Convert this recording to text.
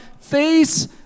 face